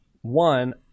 one